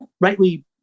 rightly